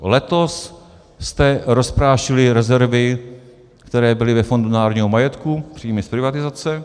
Letos jste rozprášili rezervy, které byly ve Fondu národního majetku, příjmy z privatizace.